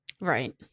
Right